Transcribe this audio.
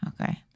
okay